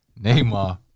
Neymar